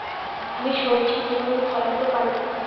আমি সবজি কিভাবে ফলাতে পারি?